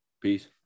Peace